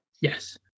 Yes